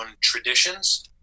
traditions